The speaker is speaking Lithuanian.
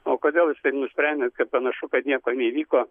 o kodėl jūs taip nusprendėt kad panašu kad nieko neįvyko